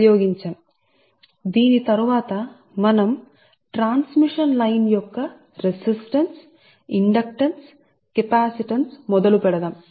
మరియు దీని తరువాత మేము ఈ విషయం కోసం ప్రారంభిస్తాము మీరు ఆ రెసిస్టన్స్ ఇండక్టెన్స్ ట్రాన్స్మిషన్ లైన్ యొక్క కెపాసిటెన్స్ అని పిలుస్తారు